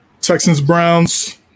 Texans-Browns